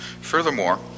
Furthermore